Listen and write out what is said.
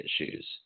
issues